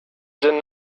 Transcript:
deny